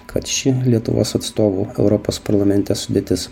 kad ši lietuvos atstovų europos parlamente sudėtis